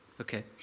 Okay